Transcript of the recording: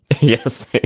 Yes